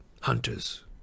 hunters